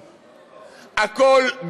בכול,